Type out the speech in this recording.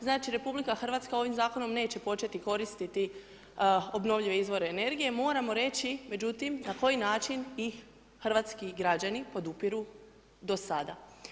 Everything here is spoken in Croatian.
Znači RH ovim zakonom neće početi koristiti obnovljive izvore energije, moramo reći međutim na koji način ih hrvatski građani podupiru do sada.